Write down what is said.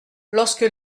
lorsque